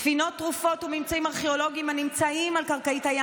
ספינות טרופות וממצאים ארכיאולוגיים הנמצאים על קרקעית הים